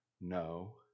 no